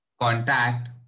Contact